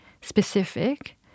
specific